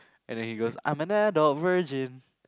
and then he goes I'm an adult virgin